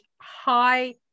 high